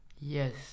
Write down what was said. Yes